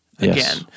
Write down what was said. again